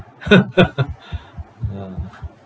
ah